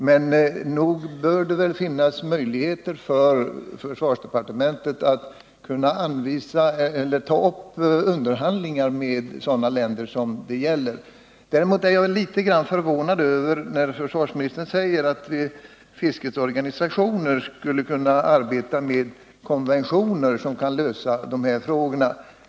Men nog bör det finnas möjligheter för försvarsdepartementet att ta upp underhandlingar med berörda länder. Däremot är jag litet grand förvånad över att försvarsministern säger att fiskets organisationer skulle kunna arbeta fram konventionsförslag, som kan lösa de här frågorna.